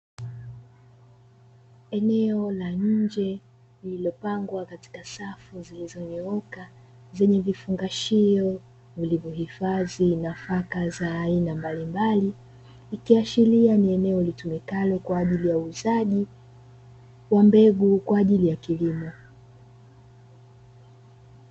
Eneo la nje lililopangwa katika safu zilizonyooka, zenye vifungashio vilivyohifadhi nafaka za aina mbalimbali. Ikiashiria ni eneo linalotumika kwa ajili uuzaji wa mbegu kwa ajili ya kilimo.